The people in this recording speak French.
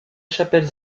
chapelle